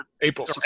April